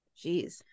Jeez